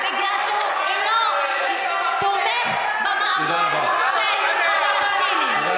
בגלל שהוא אינו תומך במאבק של הפלסטינים.